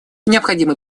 необходимы